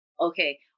Okay